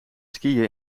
skiën